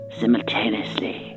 simultaneously